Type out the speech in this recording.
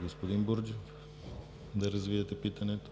Господин Бурджев, заповядайте да развиете питането.